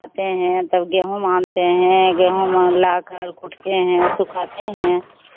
आते हैं तब गेहूँ मानते हैं गेहूँ लाकर कूटते हैं सुखाते हैं